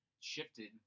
shifted